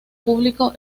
público